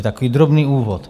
Takový drobný úvod.